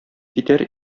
китәр